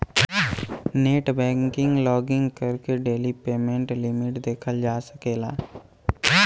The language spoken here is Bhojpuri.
नेटबैंकिंग लॉगिन करके डेली पेमेंट लिमिट देखल जा सकला